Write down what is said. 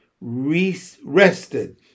rested